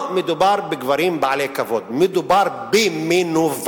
לא מדובר בגברים בעלי כבוד, מדובר במנוולים.